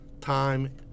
time